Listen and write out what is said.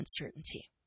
uncertainty